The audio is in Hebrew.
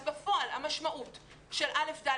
אז בפועל המשמעות של א'-ד',